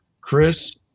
Chris